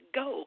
go